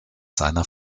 seiner